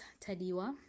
Tadiwa